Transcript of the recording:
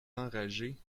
enragés